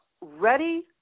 ready